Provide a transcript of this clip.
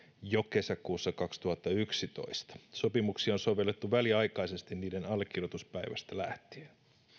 jo kesäkuussa kaksituhattayksitoista sopimuksia on sovellettu väliaikaisesti niiden allekirjoituspäivästä lähtien